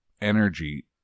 energy